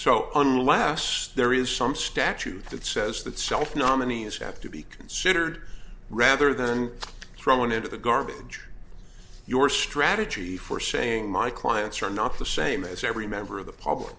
so unless there is some statute that says that self nominees have to be considered rather than thrown into the garbage your strategy for saying my clients are not the same as every member of the public